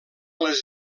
les